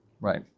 Right